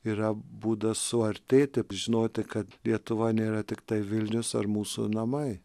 yra būdas suartėti žinoti kad lietuva nėra tiktai vilnius ar mūsų namai